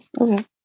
Okay